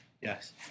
Yes